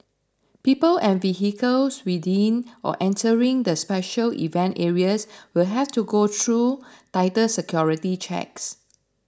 people and vehicles within or entering the special event areas will have to go through tighter security checks